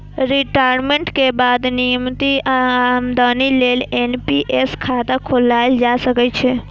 retirement के बाद नियमित आमदनी लेल एन.पी.एस खाता खोलाएल जा सकै छै